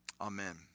Amen